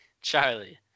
Charlie